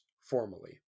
formally